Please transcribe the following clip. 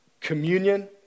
communion